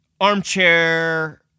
armchair